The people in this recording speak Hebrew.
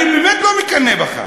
אני באמת לא מקנא בך.